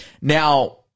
Now